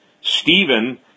Stephen